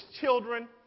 children